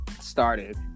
started